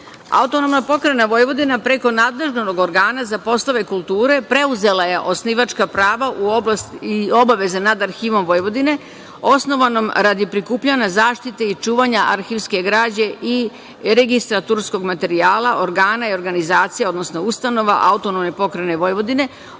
Vojvodine. Autonomna pokrajina Vojvodina, preko nadležnog organa za poslove kulture, preuzela je osnivačka prava i obaveze nad Arhivom Vojvodine, osnovanom radi prikupljanja zaštite i čuvanja arhivske građe i registraturskog materijala organa i organizacija, odnosno ustanova AP Vojvodine